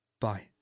Bye